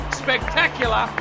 spectacular